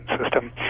system